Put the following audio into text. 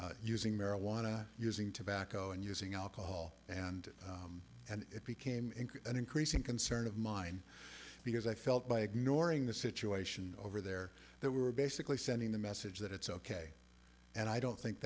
around using marijuana using tobacco and using alcohol and and it became in an increasing concern of mine because i felt by ignoring the situation over there that we were basically sending the message that it's ok and i don't think